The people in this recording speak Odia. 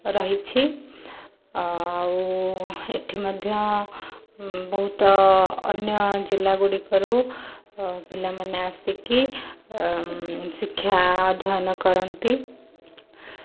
ରହିଛି ଆଉ ଏଠି ମଧ୍ୟ ବହୁତ ଅନ୍ୟ ଜିଲ୍ଲା ଗୁଡ଼ିକରୁ ପିଲାମାନେ ଆସିକି ଶିକ୍ଷା ଅଧ୍ୟୟନ କରନ୍ତି